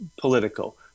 political